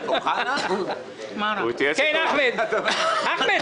חוק קמיניץ זה ציפור הנפש.